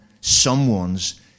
someone's